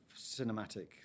cinematic